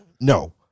No